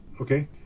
Okay